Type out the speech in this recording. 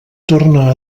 torna